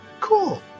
Cool